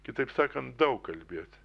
kitaip sakant daug kalbėti